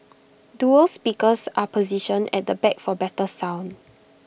dual speakers are positioned at the back for better sound